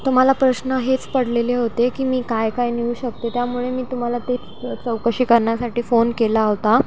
तर मला प्रश्न हेच पडलेले होते की मी काय काय नेऊ शकते त्यामुळे मी तुम्हाला तेच चौकशी करण्यासाठी फोन केला होता